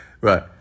right